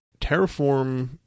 Terraform